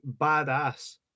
badass